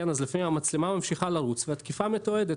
אז לפעמים המצלמה ממשיכה לרוץ והתקיפה מתועדת,